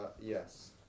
yes